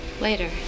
Later